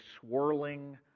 swirling